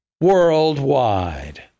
worldwide